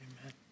Amen